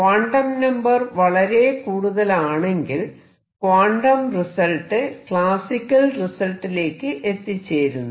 quantum number വളരെ കൂടുതലാണെങ്കിൽ quantum result classical റിസൾട്ടിലേക്ക് എത്തിച്ചേരുന്നു